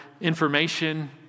information